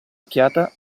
occhiata